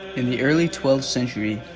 in the early twelfth century,